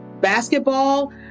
basketball